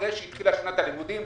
אחרי שהתחילה שנת הלימודים,